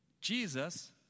Jesus